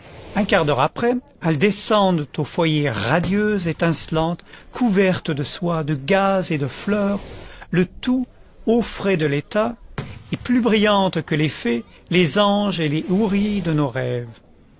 un quart d'heure après elles descendent au foyer radieuses étincelantes couvertes de soie de gaze et de fleurs le tout aux frais de l'état et plus brillantes que les fées les anges et les houris de nos rêves